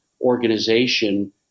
organization